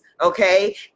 okay